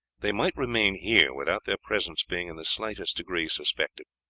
they might remain here without their presence being in the slightest degree suspected.